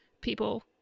people